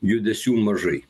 judesių mažai